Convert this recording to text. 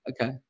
okay